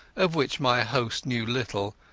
of which my host knew little,